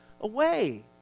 away